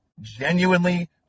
genuinely